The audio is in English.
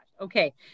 Okay